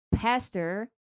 Pastor